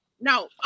No